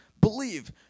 believe